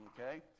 okay